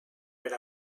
per